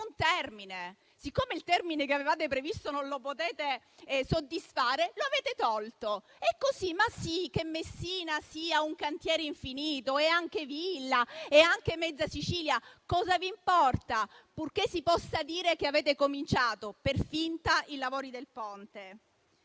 un termine: siccome quello che avevate previsto non lo potete soddisfare, lo avete tolto. È così: ma sì, che Messina sia un cantiere infinito e anche Villa San Giovanni e anche mezza Sicilia; cosa vi importa, purché si possa dire che avete cominciato, per finta, i lavori del ponte?